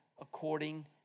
according